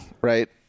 right